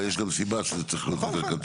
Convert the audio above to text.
ויש גם סיבה שזה צריך להיות קצר.